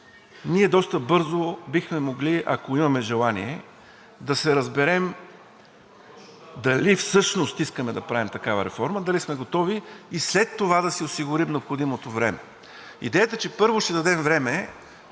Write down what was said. Ние доста бързо бихме могли, ако имаме желание, да се разберем дали всъщност искаме да правим такава реформа, дали сме готови и след това да си осигурим необходимото време. Идеята, че първо ще дадем време